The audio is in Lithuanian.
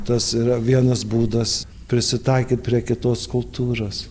tas yra vienas būdas prisitaikyt prie kitos kultūros